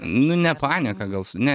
nu ne panieka gal su ne